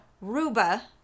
Ruba